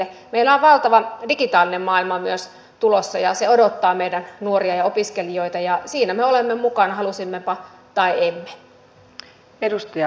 meillä on valtava digitaalinen maailma myös tulossa ja se odottaa meidän nuoria ja opiskelijoita ja siinä me olemme mukana halusimmepa tai emme